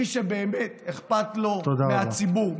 מי שבאמת אכפת לו מהציבור,